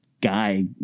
guy